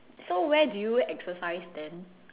so where do you exercise then